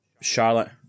Charlotte